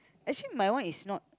actually my one is not